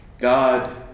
God